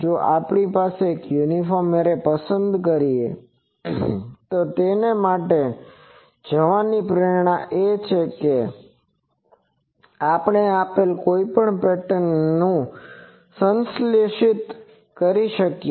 જો આપણે એક યુનિફોર્મ એરે પસંદ કરીએ તો તેના માટે જવાની પ્રેરણા એ છે કે આપણે આપેલ કોઈપણ પેટર્નને સંશ્લેષિત કરી શકીએ